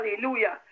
Hallelujah